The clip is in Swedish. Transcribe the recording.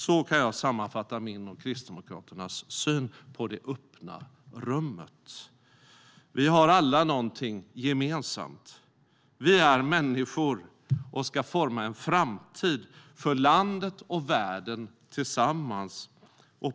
Så kan jag sammanfatta min och Kristdemokraternas syn på det öppna rummet. Vi har alla något gemensamt - vi är människor och ska forma en framtid för landet och världen tillsammans.